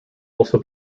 also